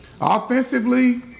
Offensively